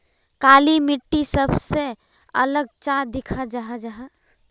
काली मिट्टी सबसे अलग चाँ दिखा जाहा जाहा?